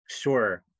Sure